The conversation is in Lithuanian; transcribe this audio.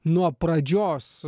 nuo pradžios